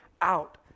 out